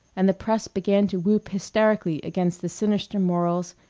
and the press began to whoop hysterically against the sinister morals,